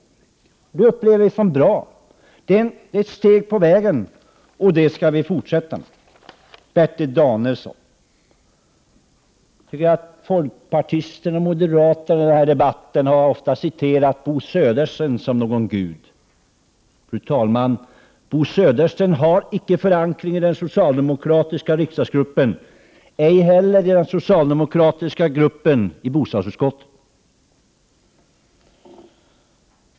Det upplever vi som bra. Det är ett steg på vägen, och det skall vi fullfölja. Bertil Danielsson! Jag tycker att folkpartisterna och moderaterna i den här debatten ofta har citerat Bo Södersten som om han vore någon gud. Fru talman! Bo Södersten har icke förankring i den socialdemokratiska riksdagsgruppen, ej heller i den socialdemokratiska gruppen i bostadsutskottet.